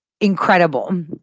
incredible